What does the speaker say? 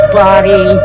body